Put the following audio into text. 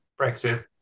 Brexit